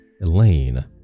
Elaine